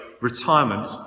retirement